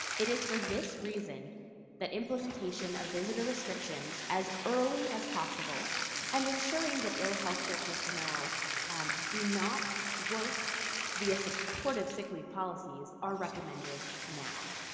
it is for this reason that implementation of visitor restrictions as early as possible and ensuring that ill healthcare personnel do not work via supportive sick leave policies are recommended now.